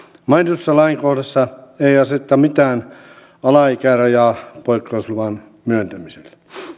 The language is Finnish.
mainitussa lainkohdassa ei aseteta mitään alaikärajaa poikkeusluvan myöntämiselle